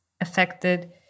affected